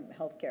healthcare